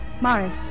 Morris